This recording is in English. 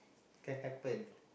can happen